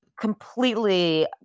completely